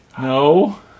No